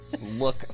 Look